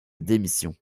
démission